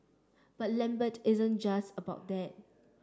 but Lambert isn't just about that